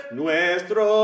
nuestro